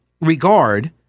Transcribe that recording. regard